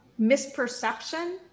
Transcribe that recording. misperception